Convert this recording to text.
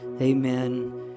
amen